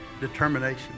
determination